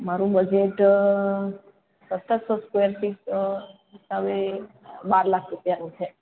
મારું બજેટ સત્તરસો square feet હિસાબે બાર લાખ રૂપિયાનું છે